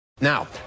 Now